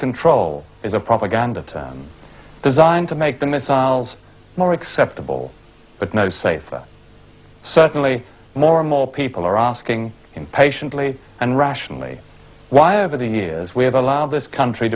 control is a propaganda term designed to make the missiles more acceptable but no safer certainly more and more people are asking patiently and rationally why over the years we have allowed this country